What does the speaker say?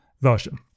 version